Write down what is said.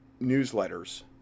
newsletters